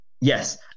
Yes